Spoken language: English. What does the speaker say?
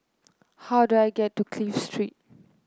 how do I get to Clive Street